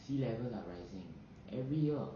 sea level are rising every year